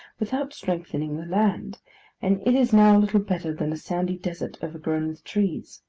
without strengthening the land and it is now little better than a sandy desert overgrown with trees.